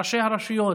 ראשי הרשויות,